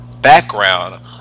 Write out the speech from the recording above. background